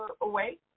away